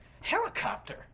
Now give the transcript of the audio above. helicopter